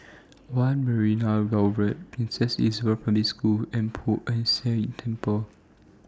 one Marina Boulevard Princess Elizabeth Primary School and Poh Ern Shih Temple